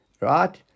right